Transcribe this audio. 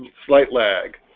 slight lag